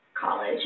college